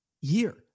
year